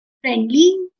friendly